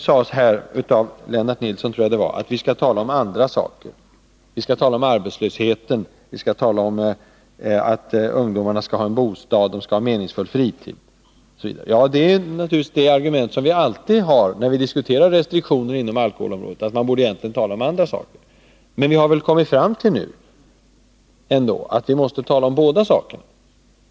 Jagtror att det var Lennart Nilsson som sade att vi skall tala om andra saker — arbetslösheten, att ungdomarna skall ha bostäder och en meningsfull fritid osv. Det är ett argument som vi alltid möter när vi diskuterar restriktioner inom alkoholområdet. Men nu har vi väl ändå kommit fram till att vi måste göra båda sakerna.